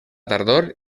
tardor